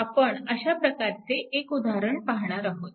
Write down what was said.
नंतर आपण अशा प्रकारचे एक उदाहरण पाहणार आहोत